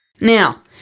Now